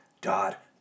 dot